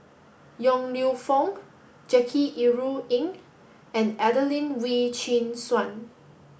Yong Lew Foong Jackie Yi Ru Ying and Adelene Wee Chin Suan